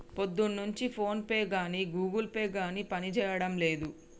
పొద్దున్నుంచి ఫోన్పే గానీ Google Pay గానీ పనిజేయడం లేదు